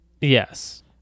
yes